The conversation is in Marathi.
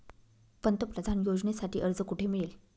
पंतप्रधान योजनेसाठी अर्ज कुठे मिळेल?